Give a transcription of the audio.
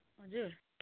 हजुर